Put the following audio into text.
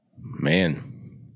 Man